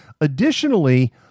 Additionally